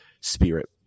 spirit